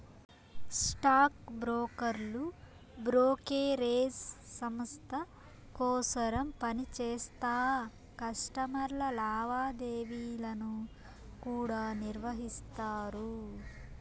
stock బ్రోకర్లు brokerage సంస్త కోసరం పనిచేస్తా కస్టమర్ల లావాదేవీలను కూడా నిర్వహిస్తారు